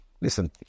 Listen